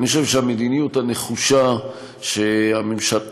אני חושב שהמדיניות שהנחושה שהממשלה מובילה,